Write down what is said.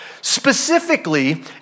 Specifically